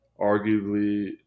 arguably